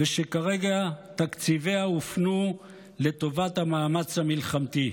ושכרגע תקציביה הופנו לטובת המאמץ המלחמתי.